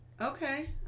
Okay